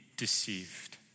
deceived